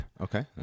Okay